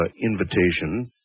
invitation